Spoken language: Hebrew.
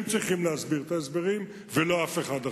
הם צריכים לתת את ההסברים ולא אף אחד אחר.